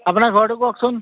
আপোনাৰ ঘৰটো কওকচোন